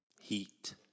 Heat